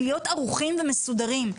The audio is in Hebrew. להיות ערוכים ומסודרים.